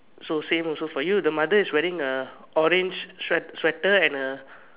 so same also for you the mother is wear a orange sweat~ sweater and a